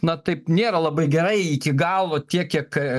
na taip nėra labai gerai iki galo tiek kiek